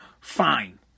fine